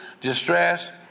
distress